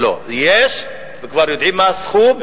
לא, יש, כבר יודעים מה הסכום.